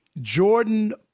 Jordan